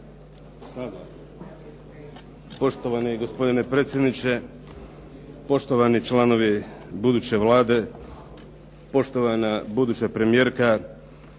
Poštovani gospodine predsjedniče, poštovani članovi buduće Vlade, poštovana buduća premijerka.